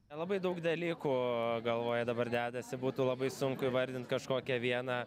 nelabai daug dalykų galvoje dabar dedasi būtų labai sunku įvardint kažkokią vieną